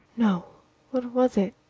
no what was it?